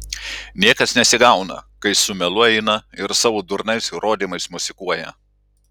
niekas nesigauna kai su melu eina ir savo durnais rodymais mosikuoja